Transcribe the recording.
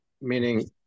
meaning